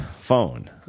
phone